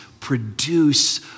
produce